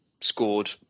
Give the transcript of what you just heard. scored